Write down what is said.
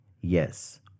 Yes